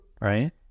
Right